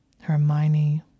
Hermione